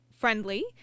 friendly